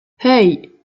hey